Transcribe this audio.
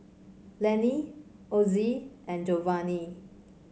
Lenny Ossie and Jovanni